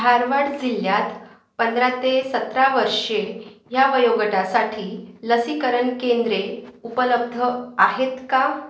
धारवाड जिल्ह्यात पंधरा ते सतरा वर्षे ह्या वयोगटासाठी लसीकरण केंद्रे उपलब्ध आहेत का